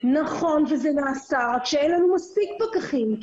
נכון וזה נעשה, רק שאין לנו מספיק פקחים.